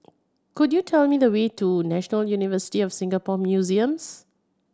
could you tell me the way to National University of Singapore Museums